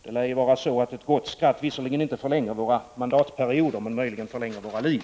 Det lär ju vara så att ett gott skratt visserligen inte förlänger våra mandatperioder men möjligen förlänger våra liv.